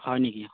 হয় নেকি